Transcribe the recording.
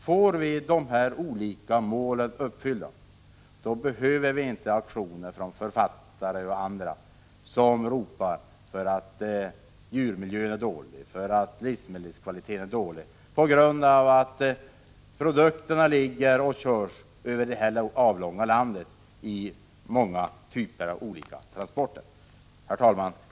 Får vi dessa mål uppfyllda behöver vi inte aktioner från författare och andra som ropar på grund av att djurmiljön är dålig, att livsmedelskvaliteten är dålig och att produkterna körs över det här avlånga landet i många typer av transporter. Herr talman!